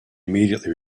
immediately